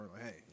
Hey